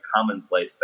commonplace